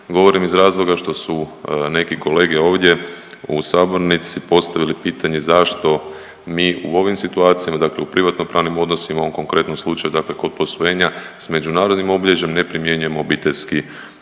Govorim iz razloga što su neki kolege ovdje u sabornici postavili pitanje zašto mi u ovim situacijama, dakle u privatnopravnim odnosima, u ovom konkretnom slučaju dakle kod posvojenja s međunarodnim obilježjima ne primjenjujemo Obiteljski